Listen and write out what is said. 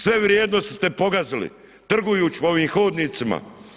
Sve vrijednosti ste pogazili trgujući ovim hodnicima.